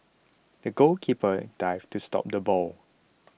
the goalkeeper dived to stop the ball